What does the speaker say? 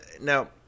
Now